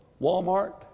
Walmart